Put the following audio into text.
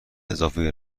اضافه